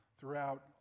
throughout